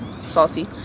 salty